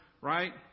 right